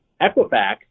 Equifax